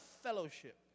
fellowship